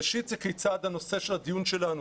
ראשית זה הנושא של הדיון שלנו,